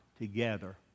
together